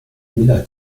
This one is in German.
miller